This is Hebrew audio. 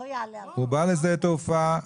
הוא בא לשדה תעופה,